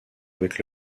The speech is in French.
avec